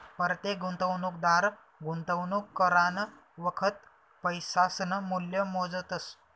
परतेक गुंतवणूकदार गुंतवणूक करानं वखत पैसासनं मूल्य मोजतस